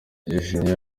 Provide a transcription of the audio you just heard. yashimiye